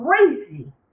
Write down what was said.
crazy